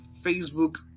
facebook